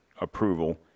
approval